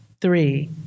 Three